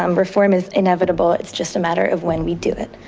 um reform is inevitable, it's just a matter of when we do it.